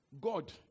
God